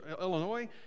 Illinois